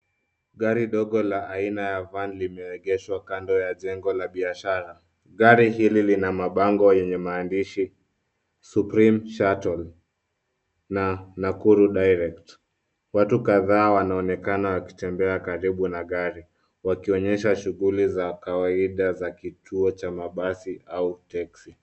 Gari ndogo la aina ya van limeegeshwa kando ya jengo la biashara. Gari hili lina mabango yenye maandishi supreme shuttle na Nakuru Direct . Watu kadhaa wanaonekana wakitembea karibu na gari wakionyesha shughuli za kawaida za kituo cha mabasi au teksi.